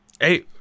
hey